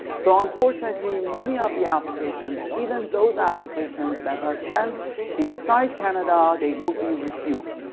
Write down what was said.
so unfortunately many of the applications even those applications that are sent inside canada they will be refused.